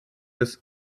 des